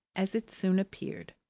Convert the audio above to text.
as it soon appeared.